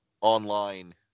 online